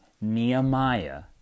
Nehemiah